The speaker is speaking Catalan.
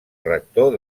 rector